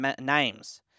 names